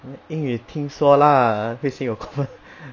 什么英语听说啦